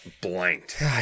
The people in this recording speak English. blanked